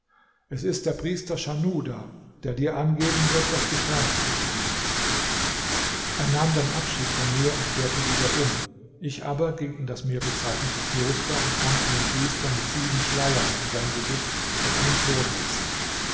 es ist der priester schanuda der dir angeben wird was du ferner zu tun hast er nahm dann abschied von mir und kehrte wieder um ich aber ging in das mir bezeichnete kloster und fand einen priester mit sieben schleiern um sein gesicht auf einem thron sitzen